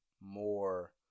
more